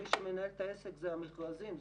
מי שמנהל את העסק זה המכרזים.